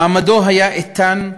מעמדו היה איתן,